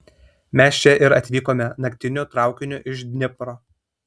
mes čia ir atvykome naktiniu traukiniu iš dnipro